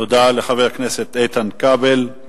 תודה לחבר הכנסת איתן כבל.